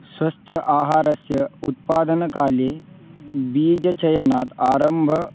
स्वस्थ आहारस्य उत्पादनकाले बीजचयनात् आरम्भः